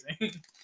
amazing